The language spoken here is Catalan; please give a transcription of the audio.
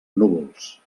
núvols